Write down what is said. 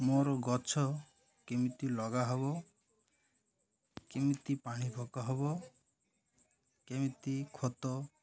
ମୋର ଗଛ କେମିତି ଲଗା ହବ କେମିତି ପାଣି ପକା ହବ କେମିତି ଖତ